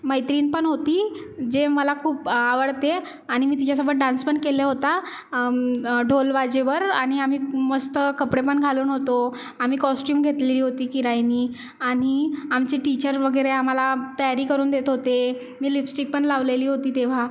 मैत्रीणपण होती जे मला खूप आवडते आणि मी तिच्यासोबत डांसपण केला होता ढोल बाजेवर आणि आम्ही मस्त कपडेपण घालून होतो आम्ही कॉस्च्युम घेतलेली होती किरायानी आणि आमचे टीचर वगैरे आम्हाला तयारी करून देत होते मी लिपस्टिकपण लावलेली होती तेव्हा